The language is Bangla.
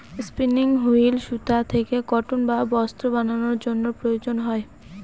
স্পিনিং হুইল সুতা থেকে কটন বা বস্ত্র বানানোর জন্য প্রয়োজন হয়